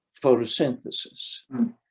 photosynthesis